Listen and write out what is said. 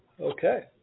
Okay